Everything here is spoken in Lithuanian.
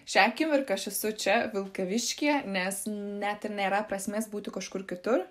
šią akimirką aš esu čia vilkaviškyje nes net ir nėra prasmės būti kažkur kitur